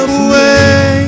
away